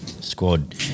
squad